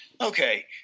Okay